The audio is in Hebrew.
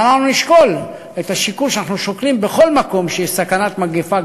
אז אנחנו נשקול את השיקול שאנחנו שוקלים בכל מקום שיש סכנת מגפה,